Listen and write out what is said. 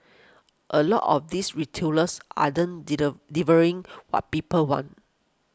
a lot of these retailers are den delivering what people want